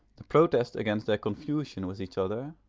the protest against their confusion with each other,